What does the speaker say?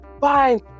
fine